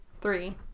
Three